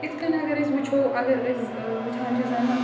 یِتھ کَنۍ اگر أسۍ وٕچھو اگر أسۍ وٕچھان چھِ زَنہٕ